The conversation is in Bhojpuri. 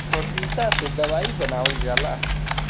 पपीता से दवाई बनावल जाला